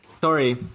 Sorry